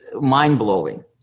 mind-blowing